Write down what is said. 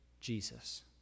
jesus